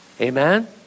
Amen